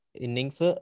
innings